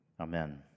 Amen